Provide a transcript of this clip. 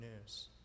news